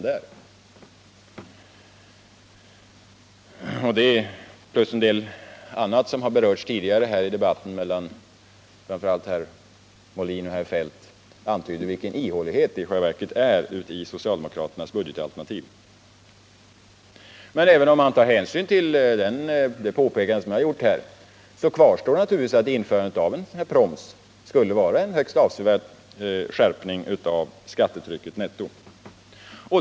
Detta plus en del annat som har berörts tidigare här i debatten mellan framför allt herr Molin och herr Feldt antyder vilken ihålighet det faktiskt är i socialdemokraternas budgetalternativ. Men även om man tar hänsyn till de påpekanden som jag har gjort här kvarstår naturligtvis att införandet av en proms skulle medföra en högst avsevärd skärpning av skattetrycket netto.